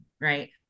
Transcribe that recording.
right